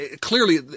Clearly